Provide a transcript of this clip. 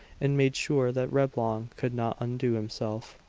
and made sure that reblong could not undo himself.